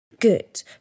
Good